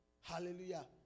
hallelujah